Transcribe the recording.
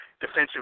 Defensive